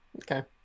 okay